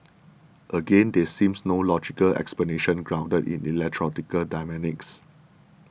again there seems no logical explanation grounded in electoral dynamics